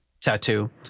tattoo